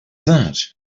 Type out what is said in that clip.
that